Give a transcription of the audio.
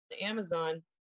Amazon